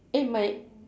eh my